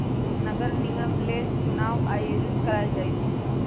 नगर निगम लेल चुनाओ आयोजित करायल जाइ छइ